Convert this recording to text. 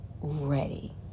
ready